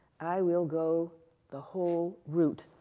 i will go the whole route.